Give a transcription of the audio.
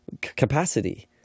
capacity